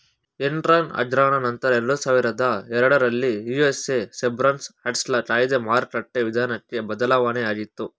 Enron ಹಗರಣ ನಂತ್ರ ಎರಡುಸಾವಿರದ ಎರಡರಲ್ಲಿ ಯು.ಎಸ್.ಎ ಸರ್ಬೇನ್ಸ್ ಆಕ್ಸ್ಲ ಕಾಯ್ದೆ ಮಾರುಕಟ್ಟೆ ವಿಧಾನಕ್ಕೆ ಬದಲಾವಣೆಯಾಗಿತು